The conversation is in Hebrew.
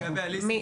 לגבי הליסינג,